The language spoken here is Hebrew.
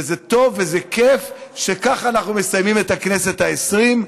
וזה טוב וזה כיף שככה אנחנו מסיימים את הכנסת העשרים.